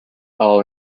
all